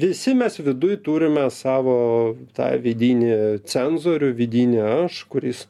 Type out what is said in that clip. visi mes viduj turime savo tą vidinį cenzorių vidinį aš kuris